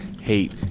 hate